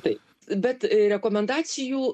taip bet a rekomendacijų